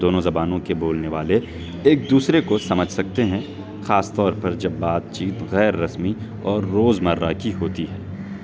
دونوں زبانوں کے بولنے والے ایک دوسرے کو سمجھ سکتے ہیں خاص طور پر جب بات چیت غیر رسمی اور روز مرہ کی ہوتی ہے